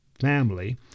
family